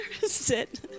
Sit